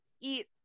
eat